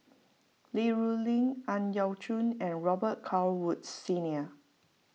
Li Rulin Ang Yau Choon and Robet Carr Woods Senior